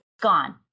gone